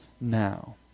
now